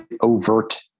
overt